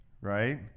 right